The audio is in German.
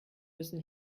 müssen